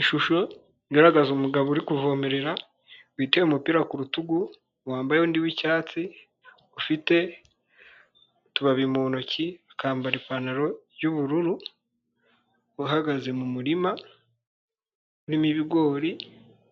Ishusho igaragaza umugabo uri kuvomerera witeye umupira ku rutugu. Wambaye undi w'icyatsi ufite utubabi mu ntoki. Akambara ipantaro y'ubururu, uhagaze mu murima urimo ibigori